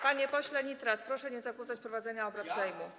Panie pośle Nitras, proszę nie zakłócać prowadzenia obrad Sejmu.